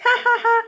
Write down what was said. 哈哈哈